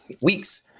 weeks